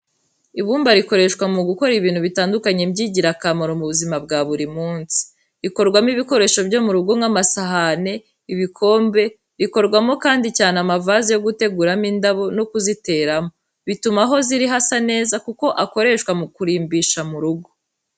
Ibumba rikoreshwa mu gukora ibintu bitandukanye by'ingirakamaro mu buzima bwa buri munsi. Rikorwamo ibikoresho byo mu rugo nk'amasahani n'ibikombe, rikorwamo kandi cyane amavaze yo guteguramo indabo no kuziteramo, bituma aho ziri hasa neza kuko akoreshwa mu kurimbisha mu rugo.